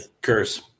curse